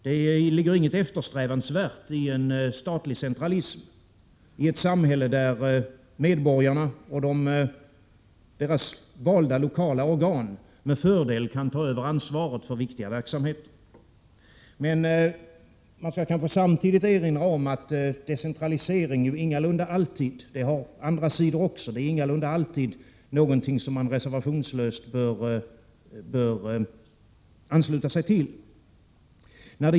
Det ligger inget eftersträvansvärt i en statlig centralism i ett samhälle där medborgarna och deras valda lokala organ med fördel kan ta över ansvaret för viktiga verksamheter. Men det bör samtidigt erinras om att decentralisering har andra sidor också. Det är ingalunda alltid någonting som man reservationslöst bör ansluta sig till.